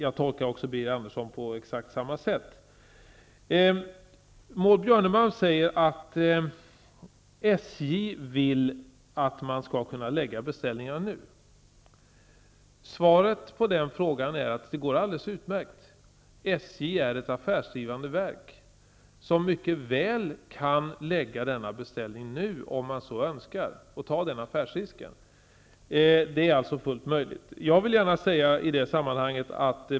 Jag tolkar också Birger Andersson på exakt samma sätt. Maud Björnemalm säger att SJ vill lägga ut beställningar nu. Svaret är att det går alldeles utmärkt. SJ är ett affärsdrivande verk, som mycket väl, om man så önskar, kan lägga ut denna beställning nu och ta risken med den affären.